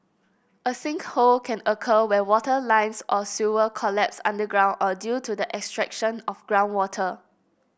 a sinkhole can occur when water lines or sewer collapses underground or due to the extraction of groundwater